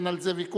שאין על זה ויכוח,